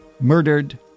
murdered